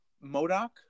Modoc